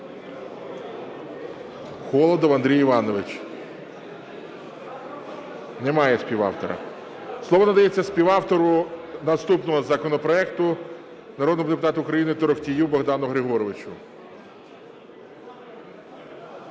Холодов Андрій Іванович. Немає співавтора. Слово надається співавтору наступного законопроекту - народному депутату України Торохтію Богдану Григоровичу.